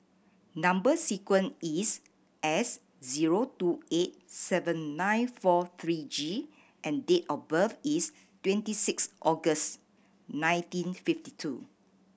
number sequence is S zero two eight seven nine four three G and date of birth is twenty six August nineteen fifty two